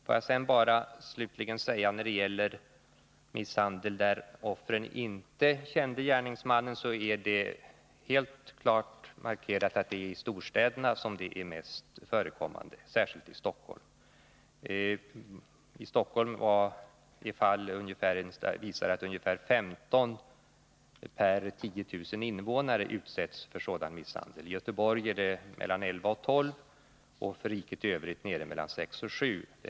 Slutligen vill jag säga att det står helt klart att de fall då offret inte kände gärningsmannen är vanligast i storstäderna, framför allt i Stockholm. I Stockholm utsätts ungefär 15 av 10 000 personer för sådan misshandel, i Göteborg mellan 11 och 12 personer och i riket i övrigt mellan 6 och 7 personer.